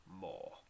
more